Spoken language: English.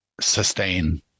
sustain